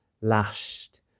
lashed